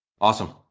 Awesome